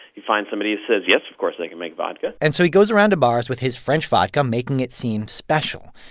he finds somebody who says, yes, of course, i can make vodka and so he goes around to bars with his french vodka making it seem special.